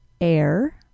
air